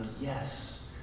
yes